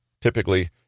Typically